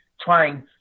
trying